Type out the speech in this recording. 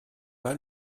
pas